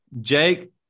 jake